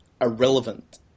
irrelevant